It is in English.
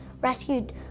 rescued